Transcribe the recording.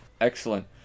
excellent